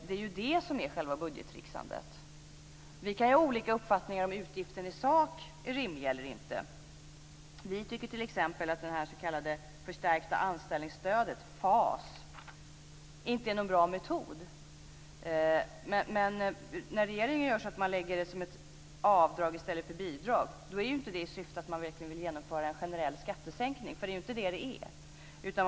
Det är ju det som är själva budgettricksandet. Vi kan ha olika uppfattningar om huruvida utgiften i sak är rimlig eller inte. Vi tycker t.ex. att det s.k. förstärkta anställningsstödet, FAS, inte är någon bra metod. Men när regeringen lägger det som ett avdrag i stället för ett bidrag är det inte därför att man verkligen vill genomföra en generell skattesänkning, för någon sådan är det ju inte.